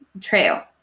trail